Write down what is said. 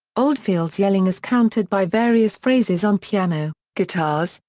oldfield's yelling is countered by various phrases on piano, guitars,